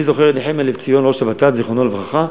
אני זוכר את נחמיה לבציון, זיכרונו לברכה,